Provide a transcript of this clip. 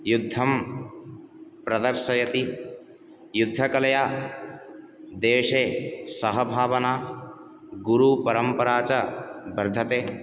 युद्धं प्रदर्शयति युद्धकलया देशे सहभावना गुरुपरम्परा च वर्धते